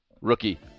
Rookie